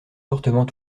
fortement